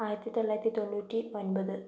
ആയിരത്തിത്തൊള്ളായിരത്തി തൊണ്ണൂറ്റി ഒൻപത്